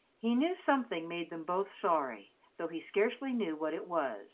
he knew something made them both sorry, though he scarcely knew what it was